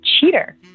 cheater